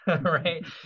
right